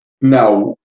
Now